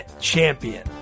Champion